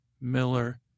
Miller